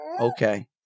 Okay